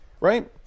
right